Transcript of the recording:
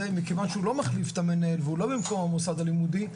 מכיוון שהוא לא מחליף את המנהל והוא לא במקום המוסד הלימודי,